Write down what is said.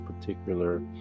particular